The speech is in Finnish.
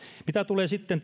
mitä tulee sitten